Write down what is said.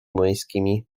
młyńskimi